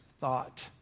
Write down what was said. thought